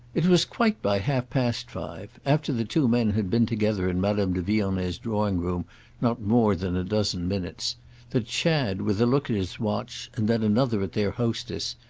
it was quite by half-past five after the two men had been together in madame de vionnet's drawing-room not more than a dozen minutes that chad, with a look at his watch and then another at their hostess,